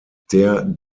der